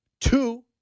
two